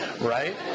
right